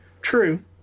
True